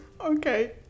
Okay